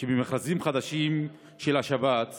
שבמכרזים חדשים של השב"ס